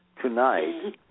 tonight